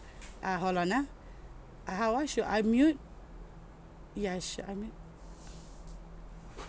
uh hold on uh how uh should I mute yeah should I mute